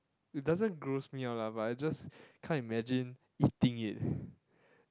it doesn't gross me out lah but I just can't imagine eating it